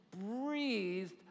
breathed